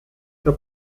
der